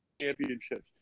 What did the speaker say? championships